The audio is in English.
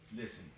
Listen